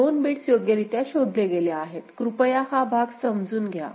ते 2 बिट्स योग्यरित्या शोधले गेले आहेत कृपया हा भाग समजून घ्या